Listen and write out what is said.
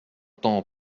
temps